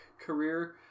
career